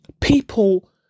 people